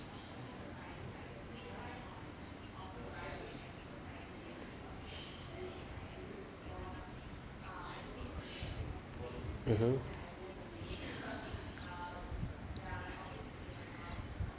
mmhmm